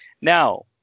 Now